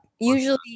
Usually